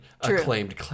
acclaimed